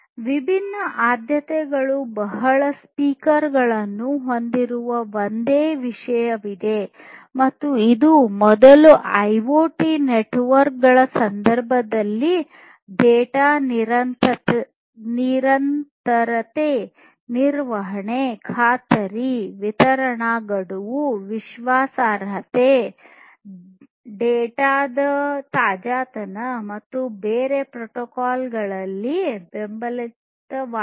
ವಿಭಿನ್ನ ಆದ್ಯತೆಗಳ ಬಹು ಸ್ಪೀಕರ್ಗಳನ್ನು ಹೊಂದಿರುವ ಒಂದೇ ವಿಷಯವಿದೆ ಮತ್ತು ಇದು ಮೊದಲು ಐಒಟಿ ನೆಟ್ವರ್ಕ್ಗಳ ಸಂದರ್ಭದಲ್ಲಿ ಡೇಟಾ ನಿರಂತರತೆ ನಿರ್ವಹಣೆ ಖಾತರಿ ವಿತರಣಾ ಗಡುವು ವಿಶ್ವಾಸಾರ್ಹತೆ ಡೇಟಾದ ತಾಜಾತನ ಮತ್ತು ಬೇರೆ ಪ್ರೋಟೋಕಾಲ್ನಲ್ಲಿ ಬೆಂಬಲಿತವಾಗಿದೆ